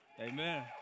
Amen